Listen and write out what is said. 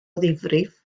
ddifrif